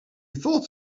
thought